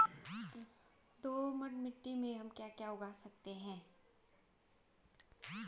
दोमट मिट्टी में म ैं क्या क्या उगा सकता हूँ?